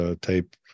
type